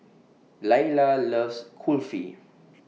Lyla loves Kulfi